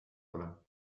alle